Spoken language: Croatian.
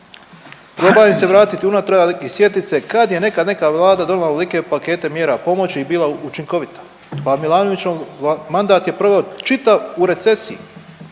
Probajmo se vratiti unatrag i sjetiti se kada je nekada neka vlada donijela ovolike pakete mjera pomoći i bila učinkovita. Pa Milanović mandat je proveo čitav u recesiji,